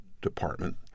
department